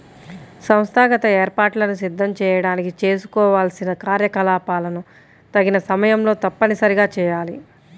సంస్థాగత ఏర్పాట్లను సిద్ధం చేయడానికి చేసుకోవాల్సిన కార్యకలాపాలను తగిన సమయంలో తప్పనిసరిగా చేయాలి